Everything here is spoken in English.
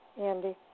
Andy